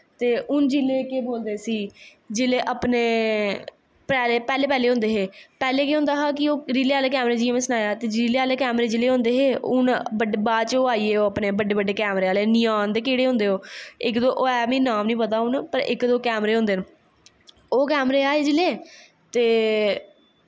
हून जिसले केह् बोलदे इसी जिसले अपनें पैह्लें पैह्लें होंदे हे पैह्लें केह् होंदा हा कि रीलें आह्ले कैमरे जियां में सनाया रीलें आह्ले कैमरे जिसले होंदे हे हून बाद च ओह् आईये बड्डे बड्डे नियान दे केह्ड़े होंदे ओह् इक दो होंदे नांऽ बी नी पता मिगी पर इक दो होंदे न ओह् कैमरे आए जिसले ते